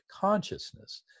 consciousness